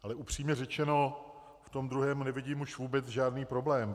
Ale upřímně řečeno v tom druhém nevidím už vůbec žádný problém.